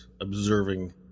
observing